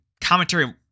commentary